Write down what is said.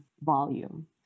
volume